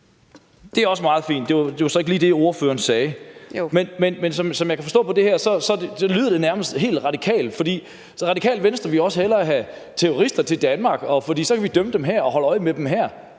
Det er også meget fint. Det var så ikke lige det, ordføreren sagde. Men som jeg hører det her, lyder det nærmest helt radikalt, fordi Det Radikale Venstre også hellere vil have terrorister til Danmark, for så kan vi dømme dem her og holde øje med dem her.